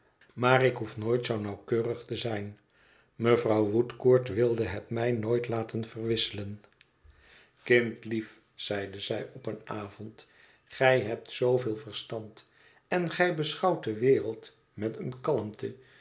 maar ik behoef niet zoo nauwkeurig te zijn mevrouw woodcourt wilde het mij nooit laten verwisselen kindlief zeide zij op een avond gij hebt zooveel verstand en gij beschouwt de wereld met een kalmte